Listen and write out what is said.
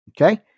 Okay